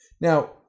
Now